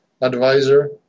advisor